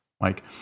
Mike